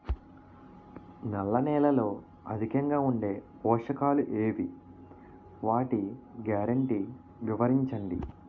నల్ల నేలలో అధికంగా ఉండే పోషకాలు ఏవి? వాటి గ్యారంటీ వివరించండి?